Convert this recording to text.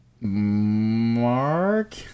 Mark